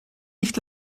nicht